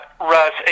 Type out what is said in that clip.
Russ